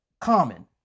common